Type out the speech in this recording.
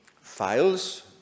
files